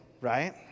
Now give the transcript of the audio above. right